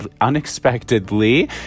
unexpectedly